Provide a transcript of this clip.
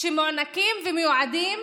שמוענקים ומיועדים